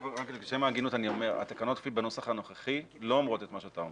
לשם ההגינות אני אומר שהתקנות בנוסח הנוכחי לא אומרות את מה שאתה אומר.